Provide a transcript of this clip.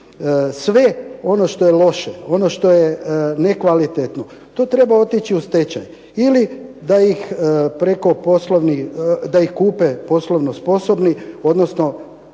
Sve ono što je loše, ono što je nekvalitetno to treba otići u stečaj. Ili da ih preko poslovnih, da